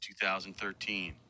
2013